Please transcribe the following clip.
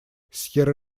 сьерра